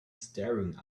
staring